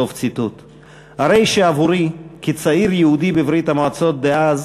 הרי שעבורי, כצעיר יהודי בברית-המועצות דאז,